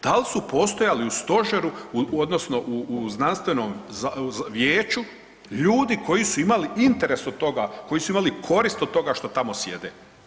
Da li su postojali u Stožeru, odnosno u Znanstvenom vijeću ljudi koji su imali interes od toga, koji su imali korist od toga što tamo sjede.